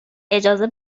اجازه